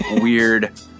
weird